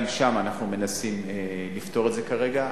גם שם אנחנו מנסים לפתור את זה כרגע.